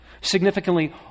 Significantly